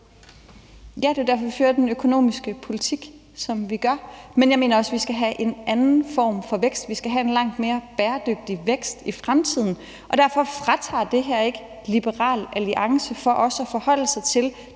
Ja, og det er jo derfor, vi fører den økonomiske politik, som vi gør. Men jeg mener også, vi skal have en anden form for vækst; vi skal have en langt mere bæredygtig vækst i fremtiden. Og derfor fratager det her ikke Liberal Alliance for også at forholde sig til